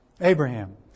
Abraham